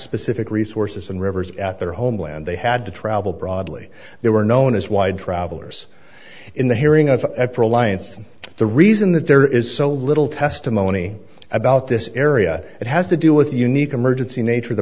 specific resources and rivers at their homeland they had to travel broadly they were known as wide travellers in the hearing of f or alliance and the reason that there is so little testimony about this area it has to do with the unique emergency nature of the